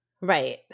Right